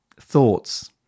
thoughts